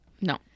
No